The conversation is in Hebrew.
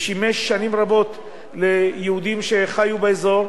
ושימש שנים רבות יהודים שחיו באזור,